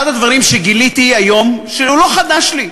אחד הדברים שגיליתי היום, שהוא לא חדש לי,